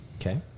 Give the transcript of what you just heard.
Okay